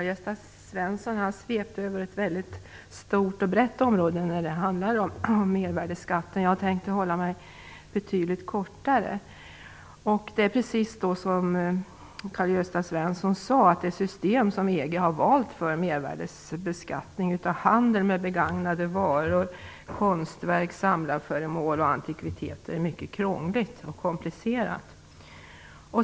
Herr talman! Karl-Gösta Svenson svepte över ett väldigt stort och brett område i frågan om medvärdesskatten. Jag tänker fatta mig betydligt kortare. Precis som Karl-Gösta Svenson sade är det system som EG har valt för mervärdesbeskattning av handeln med begagnade varor, konstverk, samlarföremål och antikviteter mycket krångligt och komplicerat.